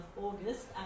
August